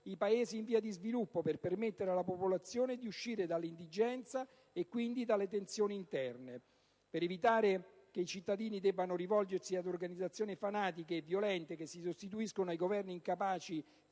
i Paesi in via di sviluppo, per permettere alla popolazione di uscire dall'indigenza e quindi dalle tensioni interne, per evitare che i cittadini debbano rivolgersi ad organizzazioni fanatiche e violente, che si sostituiscono ai Governi incapaci